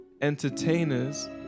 Entertainers